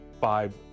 five